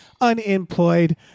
unemployed